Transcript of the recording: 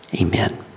Amen